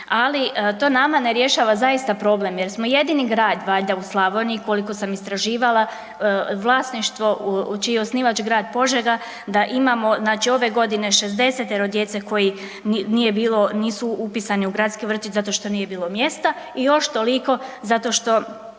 ali to nama ne rješava zaista problem jer smo jedini grad valjda u Slavoniji koliko sam istraživala vlasništvo, čiji je osnivač grad Požega da imamo znači ove godine 60-tero djece koji nije bilo, nisu upisani u gradski vrtić zato što nije bilo mjesta i još toliko zato što